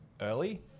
early